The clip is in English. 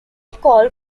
called